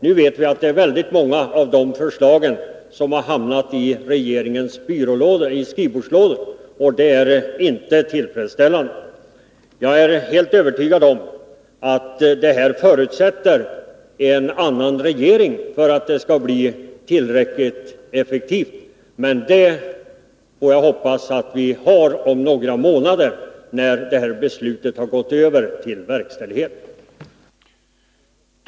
Nu vet vi att många av förslagen hamnat i regeringens skrivbordslådor, och det är inte tillfredsställande. Jag är helt övertygad om att det här förutsätter en annan regering för att det skall bli tillräckligt effektivt, och det får jag hoppas att vi har om några månader när det här beslutet har gått i verkställighet.